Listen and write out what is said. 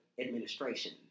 administration